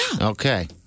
Okay